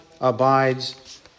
abides